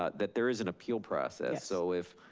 ah that there is an appeal process. so if,